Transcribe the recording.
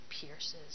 pierces